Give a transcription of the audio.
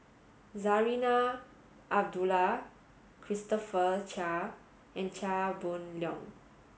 Zarinah Abdullah Christopher Chia and Chia Boon Leong